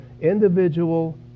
individual